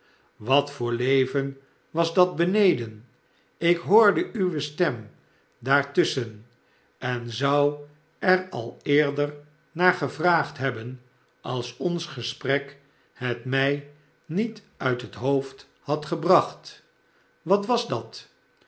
wat voor leven was dat beneden ik hoorde uwe stem daar tusschen en zou er al eerder naar gevraagd hebben als ons gesprek het mij niet uit het hoofd had gebracht wat was dat